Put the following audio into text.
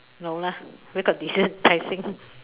no lah where got dessert Tai-Seng